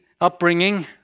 upbringing